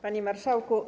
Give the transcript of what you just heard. Panie Marszałku!